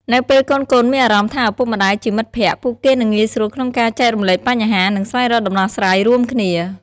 នៅពេលកូនៗមានអារម្មណ៍ថាឪពុកម្ដាយជាមិត្តភក្តិ ពួកគេនឹងងាយស្រួលក្នុងការចែករំលែកបញ្ហា និងស្វែងរកដំណោះស្រាយរួមគ្នា។